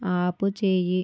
ఆపుచేయి